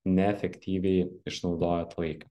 neefektyviai išnaudojot laiką